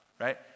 right